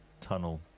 tunnel